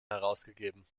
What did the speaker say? herausgegeben